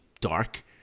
dark